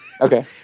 Okay